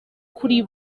kuri